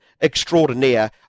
extraordinaire